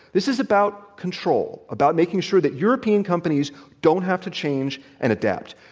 this is about control, about making sure that european companies don't have to change and adapt.